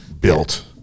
built